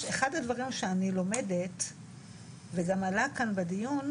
לראות את הילדים שבאמת יש פגיעה יותר רצינית בהם,